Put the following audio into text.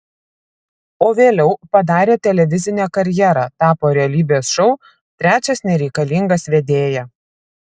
o vėliau padarė televizinę karjerą tapo realybės šou trečias nereikalingas vedėja